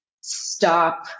stop